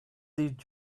did